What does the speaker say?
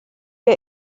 der